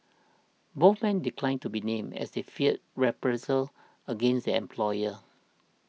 both men declined to be named as they feared reprisals against their employers